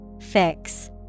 Fix